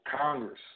congress